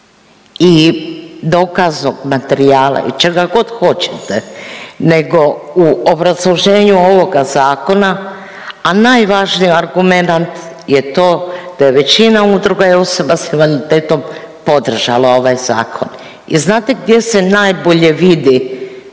i dokaznog materijala i čega god hoćete nego u obrazloženju ovoga zakona, a najvažniji argumenat je to da je većina udruga i osoba s invaliditetom podržalo ovaj zakon. I znate gdje se najbolje vidi